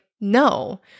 No